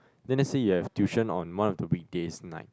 then let's say you have tuition on one of the weekdays night